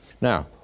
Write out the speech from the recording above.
Now